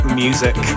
music